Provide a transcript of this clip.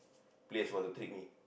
place want to trick me